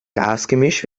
gasgemisch